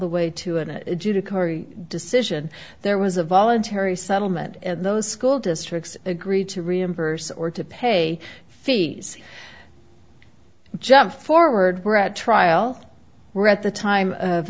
cory decision there was a voluntary settlement and those school districts agreed to reimburse or to pay fees jump forward were at trial were at the time